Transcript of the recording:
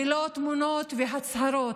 ולא תמונות והצהרות.